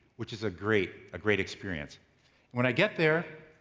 which is a great great experience. and when i get there,